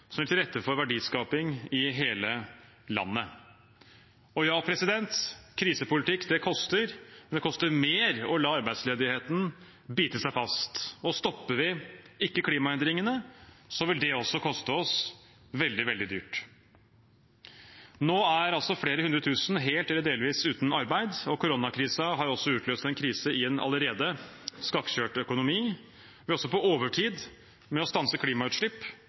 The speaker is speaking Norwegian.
som legger til rette for verdiskaping i hele landet. Ja, krisepolitikk koster, men det koster mer å la arbeidsledigheten bite seg fast. Og stopper vi ikke klimaendringene, vil det også koste oss veldig, veldig dyrt. Nå er altså flere hundre tusen helt eller delvis uten arbeid, og koronakrisen har også utløst en krise i en allerede skakkjørt økonomi. Vi er også på overtid med å stanse klimautslipp